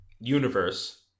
universe